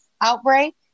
outbreak